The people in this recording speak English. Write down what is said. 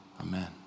Amen